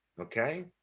okay